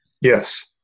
Yes